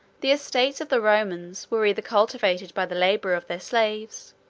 the estates of the romans were either cultivated by the labor of their slaves,